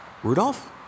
Rudolph